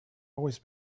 always